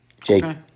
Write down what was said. Jake